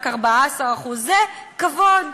רק 14%. זה כבוד.